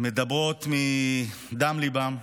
מדברות מדם ליבן,